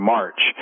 March